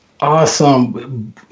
Awesome